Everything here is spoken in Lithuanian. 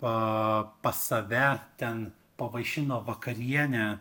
o pas save ten pavaišino vakariene